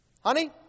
Honey